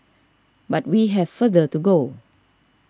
but we have further to go